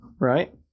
Right